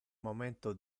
momento